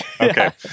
Okay